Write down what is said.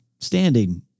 standing